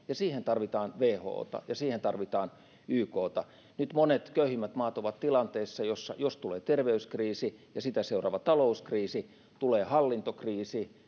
ja siihen tarvitaan whota ja siihen tarvitaan ykta nyt monet köyhimmät maat ovat tilanteessa jossa jos tulee terveyskriisi ja sitä seuraava talouskriisi tulee hallintokriisi